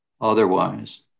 Otherwise